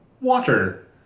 Water